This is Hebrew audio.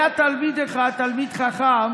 היה תלמיד אחד, תלמיד חכם,